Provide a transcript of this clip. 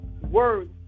Words